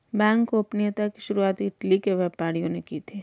bank गोपनीयता की शुरुआत इटली के व्यापारियों ने की थी